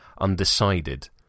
undecided